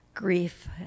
Grief